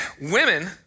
women